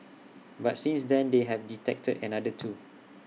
but since then they have detected another two